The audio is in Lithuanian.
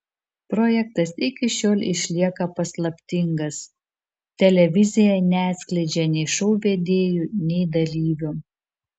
projektas iki šiol išlieka paslaptingas televizija neatskleidžia nei šou vedėjų nei dalyvių